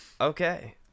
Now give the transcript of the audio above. Okay